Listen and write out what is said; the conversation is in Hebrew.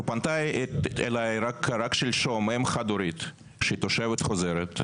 פנתה אליי שלשום אם חד הורית, שהיא תושבת חוזרת,